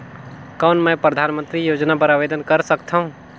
कौन मैं परधानमंतरी योजना बर आवेदन कर सकथव?